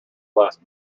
glass